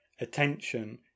attention